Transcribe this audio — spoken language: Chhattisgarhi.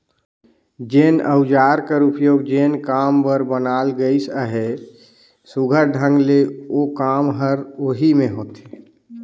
जेन अउजार कर उपियोग जेन काम बर बनाल गइस अहे, सुग्घर ढंग ले ओ काम हर ओही मे होथे